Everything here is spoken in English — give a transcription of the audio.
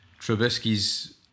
Trubisky's